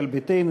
ישראל ביתנו,